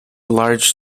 large